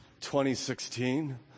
2016